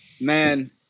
Man